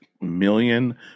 million